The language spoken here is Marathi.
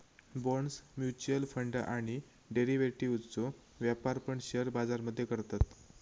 बॉण्ड्स, म्युच्युअल फंड आणि डेरिव्हेटिव्ह्जचो व्यापार पण शेअर बाजार मध्ये करतत